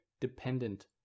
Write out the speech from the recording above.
dependent